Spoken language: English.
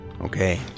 Okay